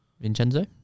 Vincenzo